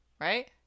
right